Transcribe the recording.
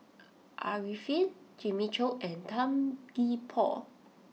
Arifin Jimmy Chok and Tan Gee Paw